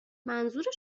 منظور